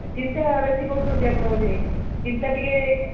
ଚିନ୍ତା ବେଶୀ କରୁଛନ୍ତି ଆପଣ ବୋଧେ ଚିନ୍ତା ଟିକେ